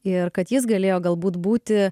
ir kad jis galėjo galbūt būti